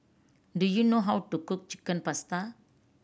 do you know how to cook Chicken Pasta